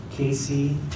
Casey